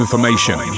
Information